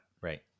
Right